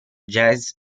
jazz